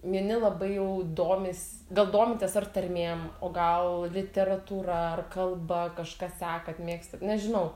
vieni labai jau domis gal domitės ar tarmėm o gal literatūra ar kalba kažką sekat mėgstat nežinau